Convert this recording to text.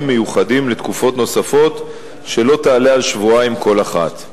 מיוחדים לתקופות נוספות שלא יעלו על שבועיים כל אחת.